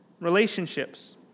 relationships